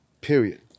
Period